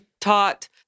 taught